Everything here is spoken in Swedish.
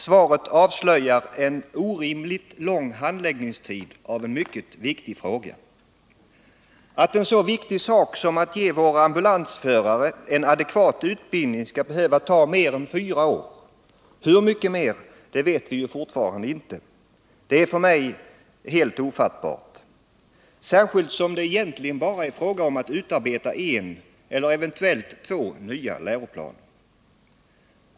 Svaret avslöjar en orimligt lång handläggningstid för en mycket viktig fråga. Att en så viktig fråga som att ge våra ambulansförare en adekvat utbildning skall behöva ta mer än fyra år — hur mycket mer vet vi ju fortfarande inte — är för mig helt ofattbart, särskilt som det egentligen bara är fråga om att utarbeta en eller eventuellt två nya läroplaner.